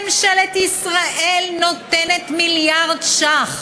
ממשלת ישראל נותנת מיליארד ש"ח,